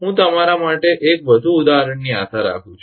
હું તમારા માટે એક વધુ ઉદાહરણની આશા રાખું છું